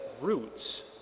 roots